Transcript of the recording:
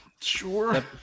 Sure